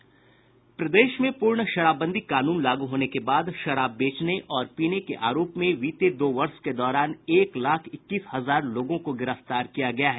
प्रदेश में पूर्ण शराबबंदी कानून लागू होने के बाद शराब बेचने और पीने के आरोप में बीते दो वर्ष के दौरान एक लाख इक्कीस हजार लोगों को गिरफ्तार किया गया है